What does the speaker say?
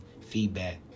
feedback